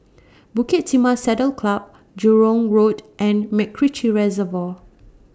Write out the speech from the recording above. Bukit Timah Saddle Club Jurong Road and Macritchie Reservoir